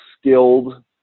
skilled